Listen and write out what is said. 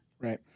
Right